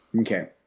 Okay